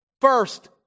First